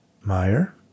Meyer